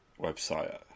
website